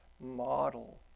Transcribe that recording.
model